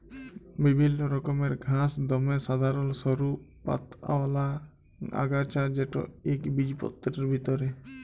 বিভিল্ল্য রকমের ঘাঁস দমে সাধারল সরু পাতাআওলা আগাছা যেট ইকবিজপত্রের ভিতরে